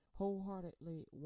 wholeheartedly